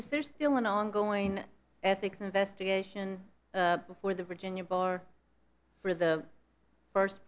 is there still an ongoing ethics investigation before the virginia bar for the first